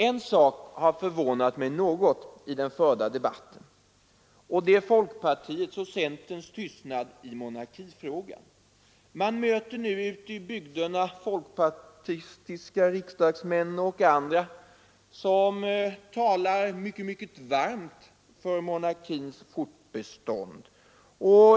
En sak har förvånat mig något i den förda debatten. Det är folkpartiets och centerns tystnad i monarkifrågan. Man möter nu ute i bygderna folkpartistiska riksdagsmän och andra som talar mycket varmt för monarkins fortbestånd.